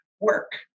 work